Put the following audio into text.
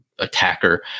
attacker